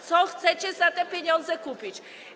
Co chcecie za te pieniądze kupić?